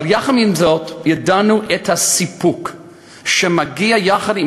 אבל יחד עם זאת ידענו את הסיפוק שמגיע יחד עם